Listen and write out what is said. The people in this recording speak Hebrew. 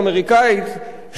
שבה ממשל אובמה,